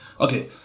Okay